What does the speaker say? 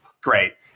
great